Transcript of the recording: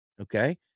okay